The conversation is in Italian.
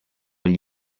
gli